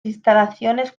instalaciones